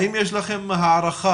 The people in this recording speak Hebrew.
האם יש לכם הערכה